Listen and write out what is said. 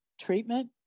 treatment